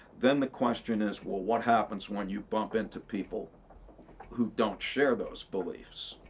then the question is, well, what happens when you bump into people who don't share those beliefs?